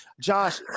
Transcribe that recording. Josh